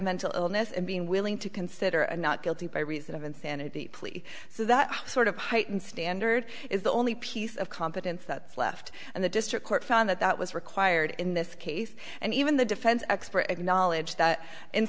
mental illness and being willing to consider a not guilty by reason of insanity plea so that sort of heightened standard is the only piece of competence that's left and the district court found that that was required in this case and even the defense expert acknowledged that in